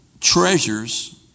treasures